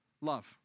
love